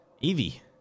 evie